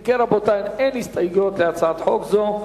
אם כן, רבותי, אין הסתייגויות להצעת חוק זו.